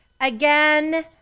again